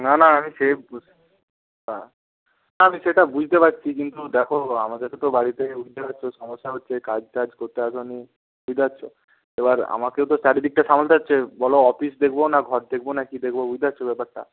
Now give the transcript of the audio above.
না না আমি সে হ্যাঁ আমি সেটা বুঝতে পারছি কিন্তু দেখো আমাদেরও তো বাড়ি থেকে বুঝতে পারছ সমস্যা হচ্ছে কাজ টাজ করতে আসনি বুঝতে পারছ এবার আমাকেও তো চারিদিকটা সামলাতে হচ্ছে বলো অফিস দেখব না ঘর দেখব না কী দেখব বুঝতে পারছ ব্যাপারটা